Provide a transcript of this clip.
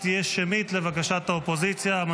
לבקשת האופוזיציה, ההצבעה תהיה שמית.